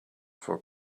for